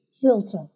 filter